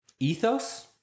Ethos